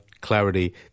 clarity